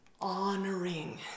honoring